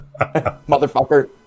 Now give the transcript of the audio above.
Motherfucker